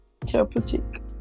Therapeutic